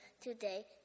today